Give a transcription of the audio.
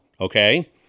okay